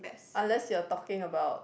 unless you are talking about